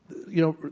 you know,